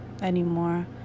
anymore